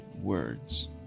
words